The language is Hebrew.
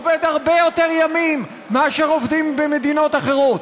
עובד הרבה יותר ימים מאשר עובדים במדינות אחרות.